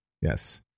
Yes